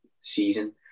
season